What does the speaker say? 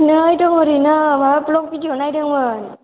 नै दं ओरैनो माबा भ्लग भिडिय' नायदोंमोन